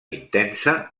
intensa